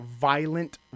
violent